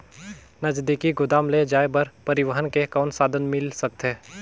नजदीकी गोदाम ले जाय बर परिवहन के कौन साधन मिल सकथे?